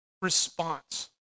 response